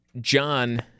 John